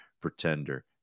pretender